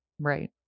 Right